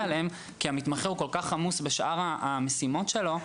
להם כי הוא כל כך עמוס בשאר המשימות שלו,